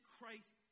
Christ